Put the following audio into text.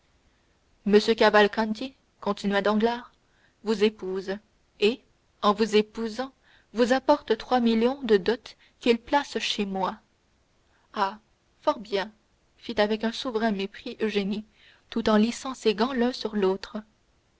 m cavalcanti continua danglars vous épouse et en vous épousant vous apporte trois millions de dot qu'il place chez moi ah fort bien fit avec un souverain mépris eugénie tout en lissant ses gants l'un sur l'autre